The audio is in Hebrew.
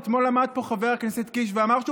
אתמול עמד פה חבר הכנסת קיש ואמר שהוא